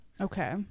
Okay